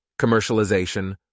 commercialization